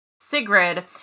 Sigrid